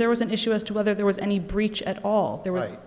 there was an issue as to whether there was any breach at all there right